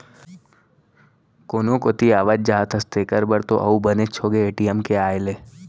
कोनो कोती आवत जात हस तेकर बर तो अउ बनेच होगे ए.टी.एम के आए ले